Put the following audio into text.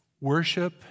worship